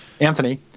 Anthony